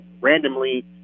randomly